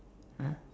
!huh!